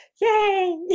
Yay